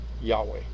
Yahweh